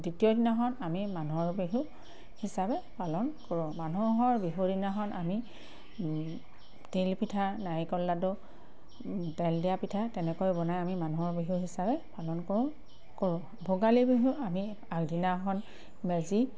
দ্বিতীয় দিনাখন আমি মানুহৰ বিহু হিচাপে পালন কৰোঁ মানুহৰ বিহুৰ দিনাখন আমি তিলপিঠা নাৰিকল লাডু তেল দিয়া পিঠা তেনেকৈ বনাই আমি মানুহৰ বিহু হিচাপে পালন কৰোঁ কৰোঁ ভোগালী বিহু আমি আগদিনাখন মেজি